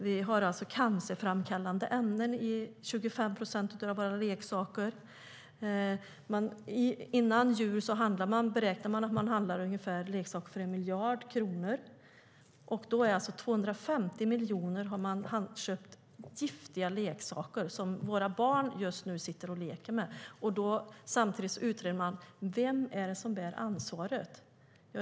Vi har cancerframkallande ämnen i 25 procent av våra leksaker. Det beräknas att vi före jul handlar leksaker för ungefär 1 miljard kronor, och då har vi alltså köpt giftiga leksaker som barn just nu sitter och leker med för 250 miljoner. Samtidigt utreds vem som bär ansvaret.